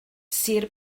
sir